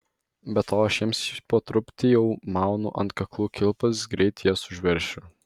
be to aš jiems po truputį jau maunu ant kaklų kilpas greit jas užveršiu